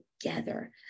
together